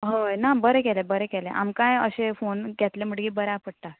हय ना बरें केलें बरें केलें आमकांय अशें फोन घेतलें म्हणटगीर बऱ्याक पडटा